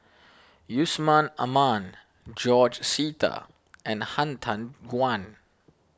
Yusman Aman George Sita and Han Tan Juan